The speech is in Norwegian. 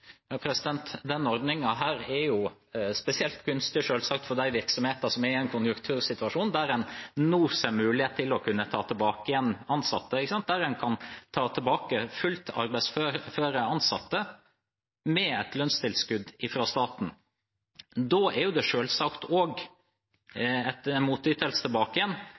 er selvsagt spesielt gunstig for de virksomhetene som er i en konjunktursituasjon, der en nå ser mulighet til å ta tilbake ansatte, der en kan ta tilbake fullt arbeidsføre ansatte med et lønnstilskudd fra staten. Da er det jo selvsagt med en motytelse tilbake